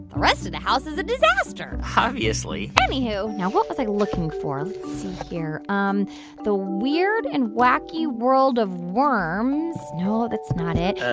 the rest of the house is a disaster obviously anywho, now, what was i looking for? let's see here um the weird and wacky world of worms. no, that's not it.